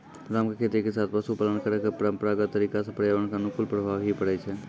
राम के खेती के साथॅ पशुपालन करै के परंपरागत तरीका स पर्यावरण कॅ अनुकूल प्रभाव हीं पड़ै छै